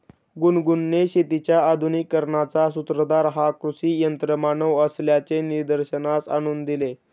गुनगुनने शेतीच्या आधुनिकीकरणाचा सूत्रधार हा कृषी यंत्रमानव असल्याचे निदर्शनास आणून दिले